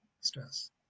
stress